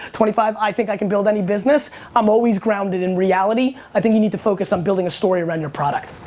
twenty five i think i can build any business i'm always grounded in reality. i think you need to focus on building a story around your product.